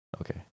okay